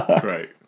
Great